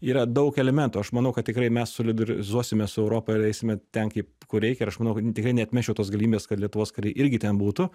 yra daug elementų aš manau kad tikrai mes solidarizuosimės su europa ir eisime ten kaip kur reikia ir aš manau kad tikrai neatmesčiau tos galimybės kad lietuvos kariai irgi ten būtų